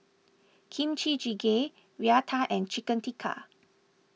Kimchi Jjigae Raita and Chicken Tikka